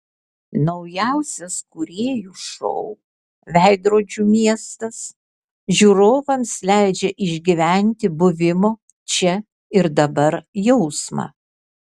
naujausias kūrėjų šou veidrodžių miestas žiūrovams leidžia išgyventi buvimo čia ir dabar jausmą